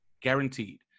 guaranteed